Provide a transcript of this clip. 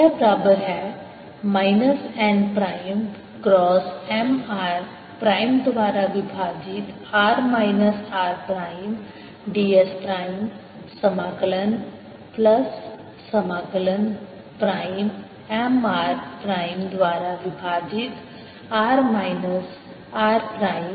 यह बराबर है minus n prime cross M r prime द्वारा विभाजित r minus r prime ds prime समाकलन प्लस समाकलन प्राइम M r प्राइम द्वारा विभाजित r minus r prime dv prime